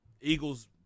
Eagles